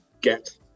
get